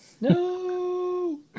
No